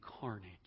carnage